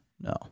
No